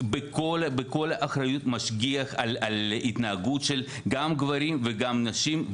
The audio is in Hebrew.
בכל אחריות משגיח על התנהגות גם של גברים וגם של נשים,